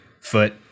foot